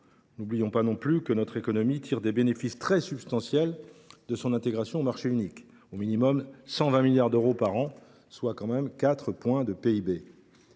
N’oublions pas non plus que notre économie tire des bénéfices très substantiels de son intégration au marché unique : au minimum 120 milliards d’euros par an, soit 4 % de notre PIB,